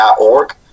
.org